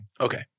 Okay